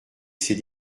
c’est